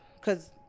Cause